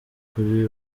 kuri